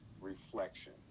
reflection